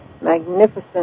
magnificent